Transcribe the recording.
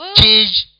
Change